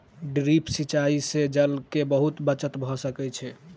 drip सिचाई से जल के बहुत बचत भ सकै छै